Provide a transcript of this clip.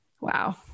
wow